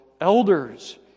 elders